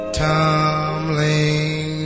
tumbling